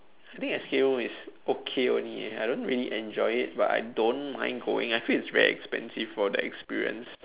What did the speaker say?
I think escape room is okay only eh I don't really enjoy it but I don't mind going I feel it's very expensive for the experience